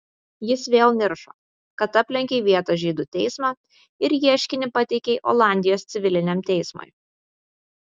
jis vėl niršo kad aplenkei vietos žydų teismą ir ieškinį pateikei olandijos civiliniam teismui